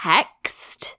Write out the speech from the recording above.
Text